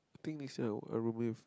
I think next year I I room with